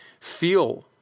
feel